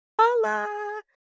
Holla